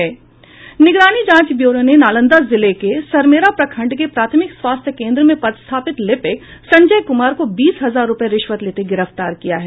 निगरानी जांच ब्यूरो ने नालंदा जिले के सरमेरा प्रखंड के प्राथमिक स्वास्थ्य केंद्र में पदस्थापित लिपिक संजय कुमार को बीस हजार रुपये रिश्वत लेते गिरफ्तार किया है